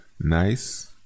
Nice